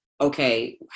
okay